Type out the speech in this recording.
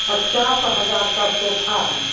पचास हज़ार का सोफा है